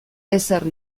ezer